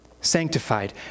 sanctified